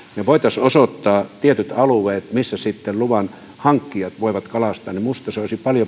voitaisiin osoittaa tietyt alueet missä sitten luvan hankkijat voivat kalastaa minusta se olisi paljon